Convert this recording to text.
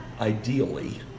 ideally